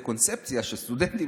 אז אני הייתי באיזו קונספציה שסטודנטים